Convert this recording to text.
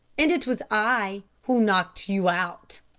and it was i who knocked you out.